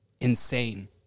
insane